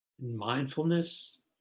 mindfulness